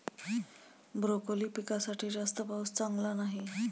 broccoli पिकासाठी जास्त पाऊस चांगला नाही